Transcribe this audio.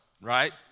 right